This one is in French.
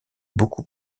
beaucoup